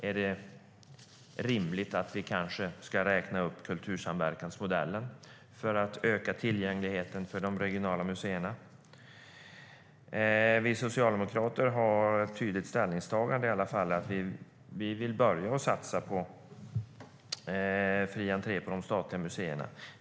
Är det rimligt att vi kanske ska räkna upp kultursamverkansmodellen för att öka tillgängligheten till de regionala museerna? Vi socialdemokrater har i alla fall ett tydligt ställningstagande. Vi vill börja med att satsa på fri entré på de statliga museerna.